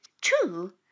True